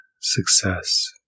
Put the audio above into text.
success